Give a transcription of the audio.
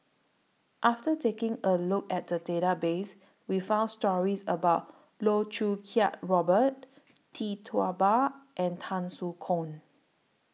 after taking A Look At The Database We found stories about Loh Choo Kiat Robert Tee Tua Ba and Tan Soo Khoon